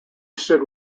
stood